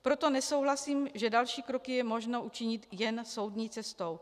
Proto nesouhlasím, že další kroky je možno učinit jen soudní cestou.